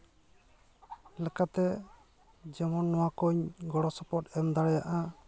ᱞᱮᱠᱟᱛᱮ ᱡᱮᱢᱚᱱ ᱱᱚᱣᱟ ᱠᱚᱧ ᱜᱚᱲᱚ ᱥᱚᱯᱚᱦᱚᱫ ᱮᱢ ᱫᱟᱲᱭᱟᱜᱼᱟ